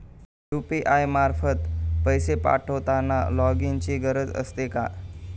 UPI मार्फत पैसे पाठवताना लॉगइनची गरज असते का?